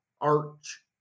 Arch